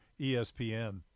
ESPN